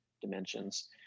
dimensions